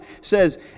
says